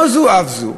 לא זו אף זו,